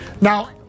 Now